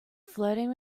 flirting